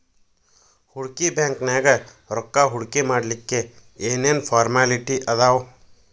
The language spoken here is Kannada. ಹೂಡ್ಕಿ ಬ್ಯಾಂಕ್ನ್ಯಾಗ್ ರೊಕ್ಕಾ ಹೂಡ್ಕಿಮಾಡ್ಲಿಕ್ಕೆ ಏನ್ ಏನ್ ಫಾರ್ಮ್ಯಲಿಟಿ ಅದಾವ?